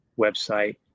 website